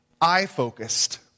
eye-focused